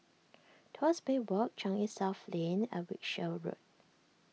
Tuas Bay Walk Changi South Lane and Wiltshire Road